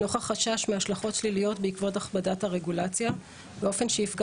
נוכח חשש מהשלכות שליליות בעקבות הכבדת הרגולציה באופן שיפגע